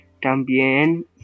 también